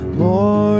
more